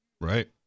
Right